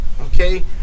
Okay